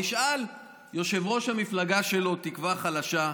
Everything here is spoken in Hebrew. נשאל יושב-ראש המפלגה שלו תקווה חלשה,